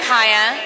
Kaya